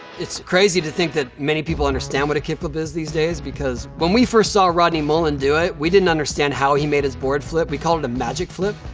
it's crazy to think that many people understand what a kickflip is these days because when we first saw rodney mullen do it, we didn't understand how he made his board flip. we called it a magic flip.